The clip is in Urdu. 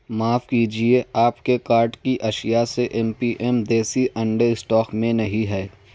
معاف کیجیے آپ کے کارٹ کی اشیاء سے ایم پی ایم دیسی انڈے اسٹاک میں نہیں ہیں